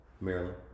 maryland